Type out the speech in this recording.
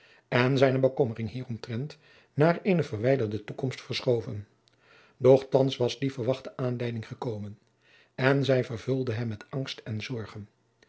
en zijne bekommering hieromtrent naar eene verwijderde toekomst verschoven doch thands was die verwachte aanleiding gekomen en zij vervulde hem met angst en zorgen